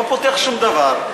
לא פותח שום דבר,